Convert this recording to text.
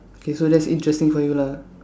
okay so that's interesting for you lah